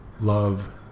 love